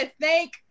thank